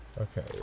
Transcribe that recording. Okay